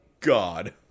God